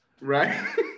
right